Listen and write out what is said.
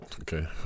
Okay